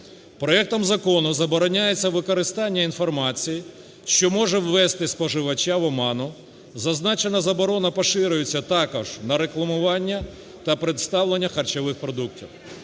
Проектом закону забороняється використання інформації, що може ввести споживача в оману. Зазначена заборона поширюється також на рекламування та представлення харчових продуктів.